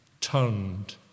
turned